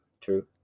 true